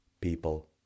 people